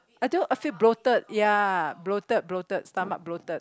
until I feel bloated ya bloated bloated stomach bloated